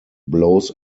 blows